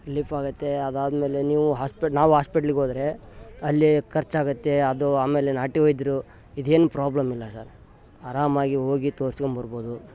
relief ಆಗುತ್ತೇ ಅದಾದಮೇಲೆ ನೀವು ಹಾಸ್ಪೆಟ್ ನಾವು ಹಾಸ್ಪಿಟ್ಲಿಗೋದರೆ ಅಲ್ಲಿ ಖರ್ಚಾಗುತ್ತೆ ಅದು ಆಮೇಲೆ ನಾಟಿ ವೈದ್ಯರು ಇದೇನು ಪ್ರಾಬ್ಲಮ್ ಇಲ್ಲ ಸಾರ್ ಆರಾಮಾಗಿ ಹೋಗಿ ತೋರ್ಸ್ಕೊಂಬರ್ಬೋದು